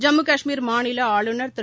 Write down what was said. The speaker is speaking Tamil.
ஜம்மு காஷ்மீர் மாநில ஆளுநர் திரு